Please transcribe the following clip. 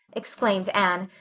exclaimed anne.